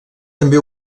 també